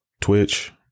twitch